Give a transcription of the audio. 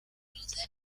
cruces